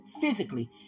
physically